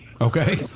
Okay